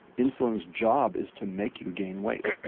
insulin's job is to make you gain weight.